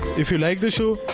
if you like the show,